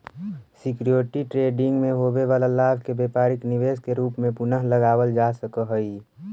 security trading में होवे वाला लाभ के व्यापारिक निवेश के रूप में पुनः लगावल जा सकऽ हई